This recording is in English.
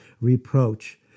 Reproach